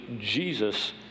Jesus